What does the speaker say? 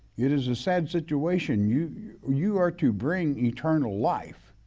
it is a sad situation, you are you are to bring eternal life,